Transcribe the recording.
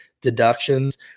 deductions